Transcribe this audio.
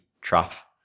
trough